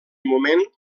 moment